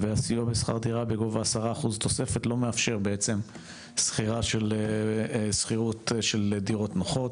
וסיוע בשכר דירה בגובה 10% תוספת לא מאפשר בעצם לשכור דירות נוחות,